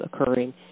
occurring